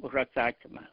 už atsakymą